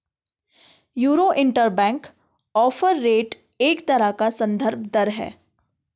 euro interbank offer rate एक तरह का सन्दर्भ दर है